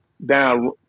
Down